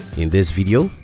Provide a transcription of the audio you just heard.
in this video,